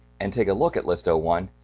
and take a look at list ah one.